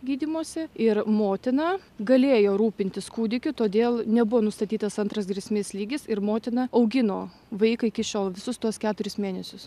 gydymosi ir motina galėjo rūpintis kūdikiu todėl nebuvo nustatytas antras grėsmės lygis ir motina augino vaiką iki šiol visus tuos keturis mėnesius